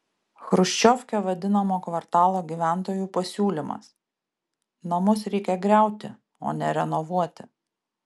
chruščiovke vadinamo kvartalo gyventojų pasiūlymas namus reikia griauti o ne renovuoti